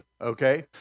okay